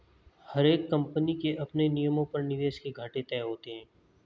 हर एक कम्पनी के अपने नियमों पर निवेश के घाटे तय होते हैं